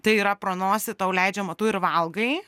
tai yra pro nosį tau leidžiama tu ir valgai